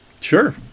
Sure